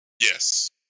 Yes